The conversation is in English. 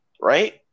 right